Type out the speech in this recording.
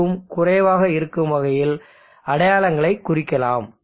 5 க்கும் குறைவாக இருக்கும் வகையில் அடையாளங்களை குறிக்கலாம்